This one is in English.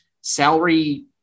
salary